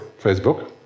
Facebook